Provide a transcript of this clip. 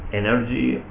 energy